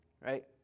right